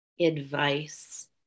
advice